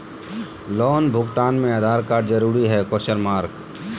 Loan भुगतान में Aadhaar card जरूरी है?